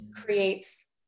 creates